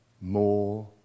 more